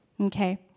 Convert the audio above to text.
okay